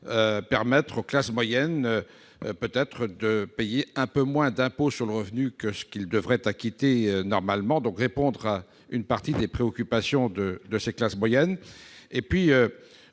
permettre aux classes moyennes de payer un peu moins d'impôt sur le revenu que ce qu'elles devraient acquitter normalement. Ils répondent ainsi à une partie des préoccupations des classes moyennes.